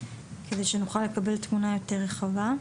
כדי שנוכל לקבל תמונה יותר רחבה.